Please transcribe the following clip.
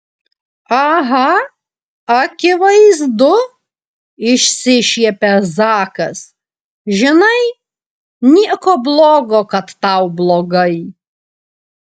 aha akivaizdu išsišiepia zakas žinai nieko blogo kad tau blogai